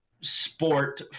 sport